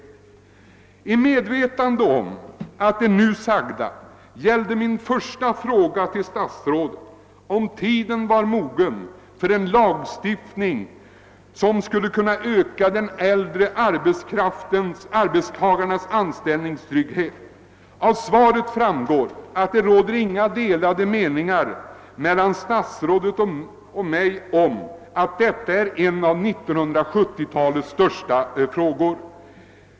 Jag är medveten om att det nu sagda gäller min första fråga till statsrådet, om tiden var mogen för en lagstiftning som skulle kunna öka de äldre arbets tagarnas anställningstrygghet. Av svaret framgår att det inte råder några delade meningar mellan statsrådet och mig om att detta är en av 1970-talets största uppgifter.